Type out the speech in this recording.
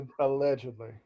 Allegedly